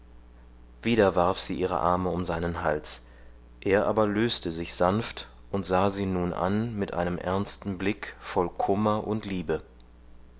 wieder warf sie ihre arme um seinen hals er aber löste sich sanft und sah sie nun an mit einem ernsten blick voll kummer und liebe